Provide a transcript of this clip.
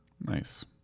nice